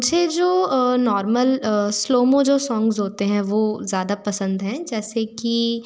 मुझे जो normal slowmo जो सोंग्स होते हैं वो ज़्यादा पसंद हैं जैसे कि